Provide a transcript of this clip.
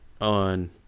on